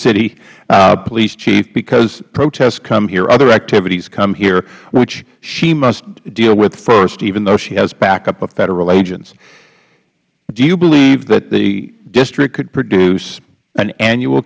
city police chief because protests come here other activities come here which she must deal with first even though she has backup of federal agents do you believe that the district could produce an annual